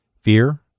Fear